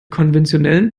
konventionellen